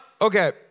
Okay